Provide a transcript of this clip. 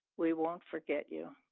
we won't forget you.